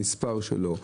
המספר שלו,